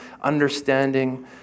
understanding